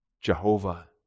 Jehovah